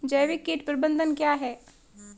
जैविक कीट प्रबंधन क्या है?